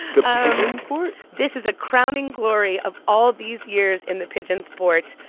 the pigeon sport? this is a crowning glory of all these years in the pigeon sport,